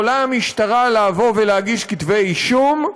יכולה המשטרה להגיש כתבי אישום.